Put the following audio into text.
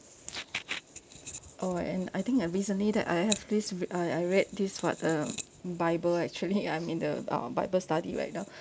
oh and I think recently that I have this r~ I I read this what uh bible actually I'm in the uh bible study right now